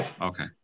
okay